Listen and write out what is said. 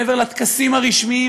מעבר לטקסים הרשמיים,